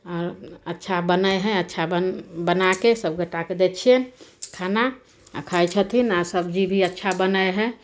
आओर अच्छा बनै हइ अच्छा बन बनाके सब गोटाके दै छियनि खाना खाना खाइ छथिन आ सब्जी भी अच्छा बनै हइ